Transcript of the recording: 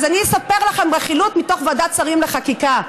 אז אני אספר לכם רכילות מתוך ועדת השרים לחקיקה.